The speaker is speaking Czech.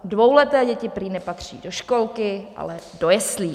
Dvouleté děti prý nepatří do školky, ale do jeslí.